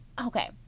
okay